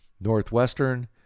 Northwestern